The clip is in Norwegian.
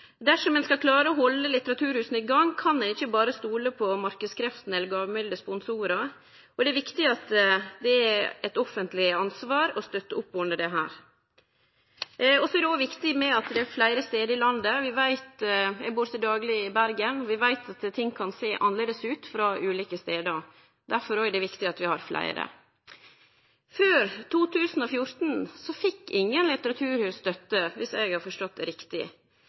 Dersom ein skal klare å halde litteraturhusa i gang, kan ein ikkje berre stole på marknadskreftene eller gåvmilde sponsorar, og det er viktig at det er eit offentleg ansvar å støtte opp under dette. Så er det også viktig at dei finst fleire stader i landet. Eg bur til dagleg i Bergen, og vi veit at ting kan sjå annleis ut frå ulike stader. Derfor er det også viktig at vi har fleire. Før 2014 fekk ingen litteraturhus støtte, viss eg har forstått det riktig.